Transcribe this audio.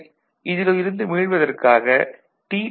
சரி இதில் இருந்து மீள்வதற்காக டி